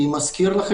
אני מזכיר,